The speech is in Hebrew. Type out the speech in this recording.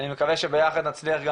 אני מקווה שביחד נצליח,